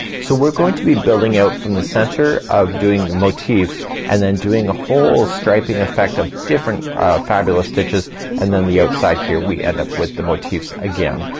so we're going to be building out from the center of doing motifs and then doing a whole striping effect of different fabulous stitches and then the outside here we end up with the motifs again.